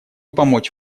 помочь